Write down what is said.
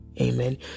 amen